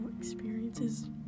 experiences